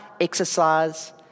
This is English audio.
exercise